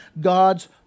God's